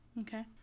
Okay